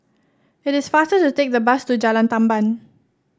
it is faster to take the bus to Jalan Tamban